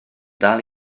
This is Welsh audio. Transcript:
dal